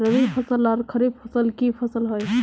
रवि फसल आर खरीफ फसल की फसल होय?